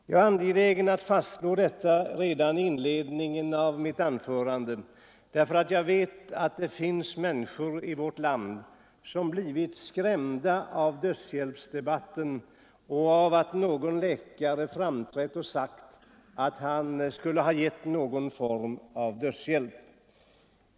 Jag är angelägen om att fastslå detta redan i inledningen till mitt anförande därför att jag vet att det finns människor i vårt land som blivit skrämda av dödshjälpsdebatten och av att någon läkare framträtt och sagt att han skulle ha gett någon form av dödshjälp.